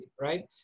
right